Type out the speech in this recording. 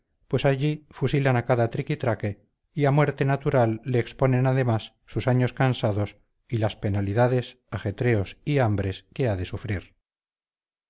pues allí fusilan a cada triquitraque y a muerte natural le exponen además sus años cansados y las penalidades ajetreos y hambres que ha de sufrir